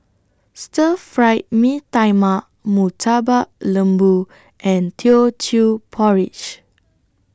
Stir Fried Mee Tai Mak Murtabak Lembu and Teochew Porridge